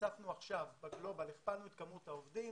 הוספנו עכשיו ב-גלובל, הכפלנו את מספר העובדים